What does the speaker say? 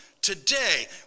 Today